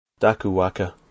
Dakuwaka